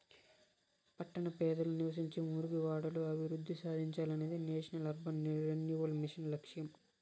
పట్టణ పేదలు నివసించే మురికివాడలు అభివృద్ధి సాధించాలనేదే నేషనల్ అర్బన్ రెన్యువల్ మిషన్ లక్ష్యం